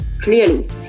clearly